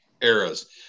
eras